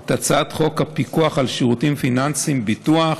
את הצעת חוק הפיקוח על שירותים פיננסיים (ביטוח)